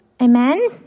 Amen